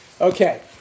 Okay